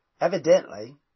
evidently